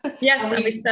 Yes